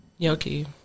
yoki